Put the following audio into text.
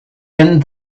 and